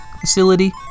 facility